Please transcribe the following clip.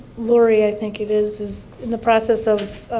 lori i think it is, is in the process of